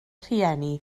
rhieni